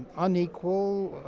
unequal,